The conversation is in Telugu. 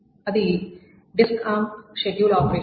అది డిస్క్ ఆర్మ్ షెడ్యూల్ ఆపరేషన్